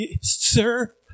sir